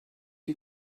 you